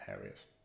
areas